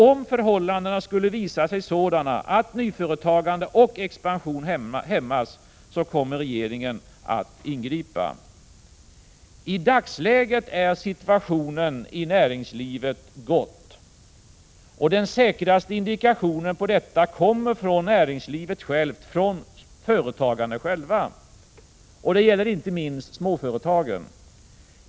Om förhållandena skulle visa sig sådana att nyföretagande och expansion hämmas, kommer regeringen att ingripa! I dagsläget är situationen i näringslivet god. Den säkraste indikationen på detta kommer från företagarna själva. Det gäller inte minst småföretagarna.